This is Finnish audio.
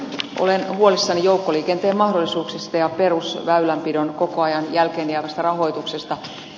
olen huolissani joukkoliikenteen mahdollisuuksista ja perusväylänpidon koko ajan jälkeenjäävästä rahoituksesta